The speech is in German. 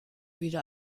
wieder